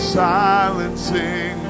silencing